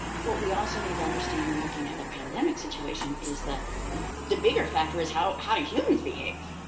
what we also need to understand in looking at a pandemic situation is that um the bigger factor is how how do humans behave.